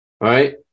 right